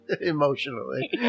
Emotionally